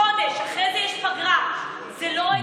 חודש, אחרי זה יש פגרה, זה לא הגיוני.